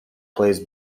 plays